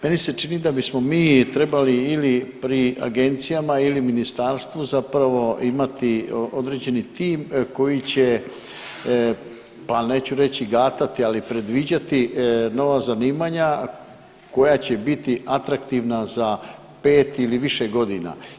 Meni se čini da bismo mi trebali ili pri agencijama ili ministarstvu zapravo imati određeni tim koji će pa neću reći gatati, ali predviđati nova zanimanja koja će biti atraktivna za pet ili više godina.